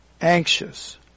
anxious